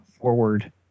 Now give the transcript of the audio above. forward